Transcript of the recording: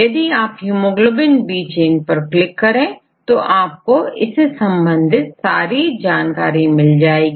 यदि आप haemoglobin B chain पर क्लिक करें तो आपको इससे संबंधित सारी जानकारी मिल जाएगी